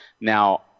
Now